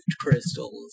crystals